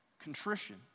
Contrition